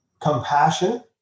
compassion